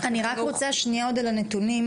אני רק רוצה שנייה עוד על הנתונים.